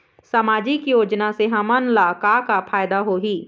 सामाजिक योजना से हमन ला का का फायदा होही?